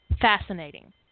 fascinating